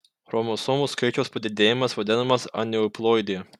chromosomų skaičiaus padidėjimas vadinamas aneuploidija